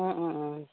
অঁ অঁ অঁ